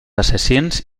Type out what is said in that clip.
assassins